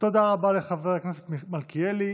תודה רבה לחבר הכנסת מלכיאלי.